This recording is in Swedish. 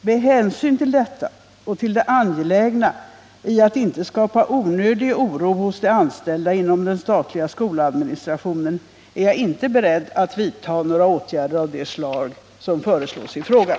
Med hänsyn till detta och till det angelägna i att inte skapa onödig oro hos de anställda inom den statliga skoladministrationen, är jag inte beredd att vidta några åtgärder av det slag som föreslås i frågan.